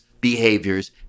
behaviors